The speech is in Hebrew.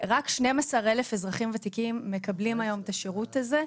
רק 12,000 אזרחים ותקים מקבלים היום את השירות הזה,